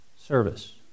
service